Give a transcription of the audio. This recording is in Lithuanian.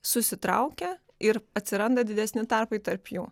susitraukia ir atsiranda didesni tarpai tarp jų